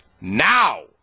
now